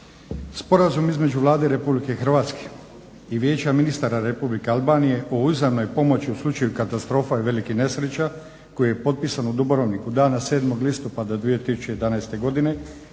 Sporazum između Vlade Republike Hrvatske i Vijeća ministara Republike Albanije o uzajamnoj pomoći u slučaju katastrofa i velikih nesreća koji je potpisan u Dubrovniku dana 7. listopada 2011. godine